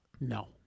No